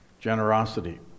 generosity